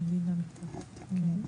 נכון.